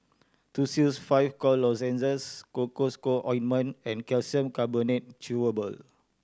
Tussils Five Cough Lozenges Cocois Co Ointment and Calcium Carbonate Chewable